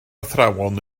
athrawon